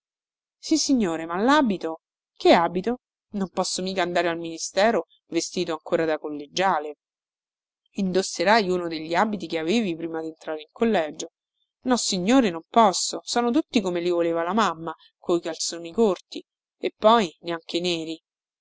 bravo sissignore ma labito che abito non posso mica andare al ministero vestito ancora da collegiale indosserai uno degli abiti che avevi prima dentrare in collegio nossignore non posso sono tutti come li voleva la mamma coi calzoni corti e poi neanche neri